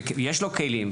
ויש לו כלים,